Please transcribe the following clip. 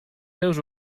seus